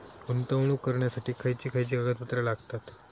गुंतवणूक करण्यासाठी खयची खयची कागदपत्रा लागतात?